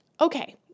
Okay